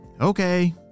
Okay